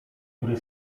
który